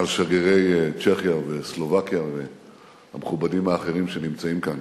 על שגרירי צ'כיה וסלובקיה והמכובדים האחרים שנמצאים כאן,